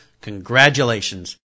congratulations